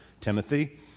Timothy